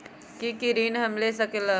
की की ऋण हम ले सकेला?